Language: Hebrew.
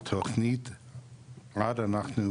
התוכנית --- יכול